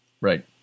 Right